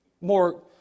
more